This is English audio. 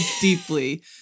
deeply